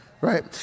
right